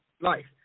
life